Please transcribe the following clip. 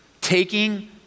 Taking